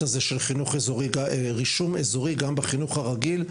הזה של רישום אזורי גם בחינוך הרגיל.